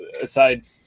aside